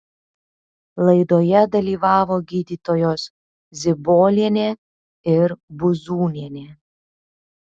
laidoje dalyvavo gydytojos zibolienė ir buzūnienė